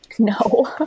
No